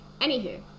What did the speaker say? Anywho